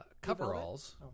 coveralls